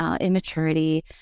immaturity